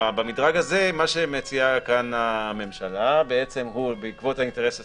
במדרג הזה מה שמציעה כאן הממשלה בעצם הוא שבעקבות האינטרס הציבורי,